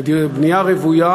לבנייה רוויה,